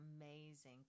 amazing